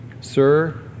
sir